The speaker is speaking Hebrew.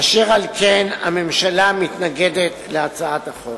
אשר על כן, הממשלה מתנגדת להצעת החוק.